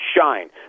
shine